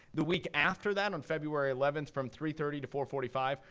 the week after that, on february eleventh, from three thirty to four forty five,